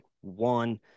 one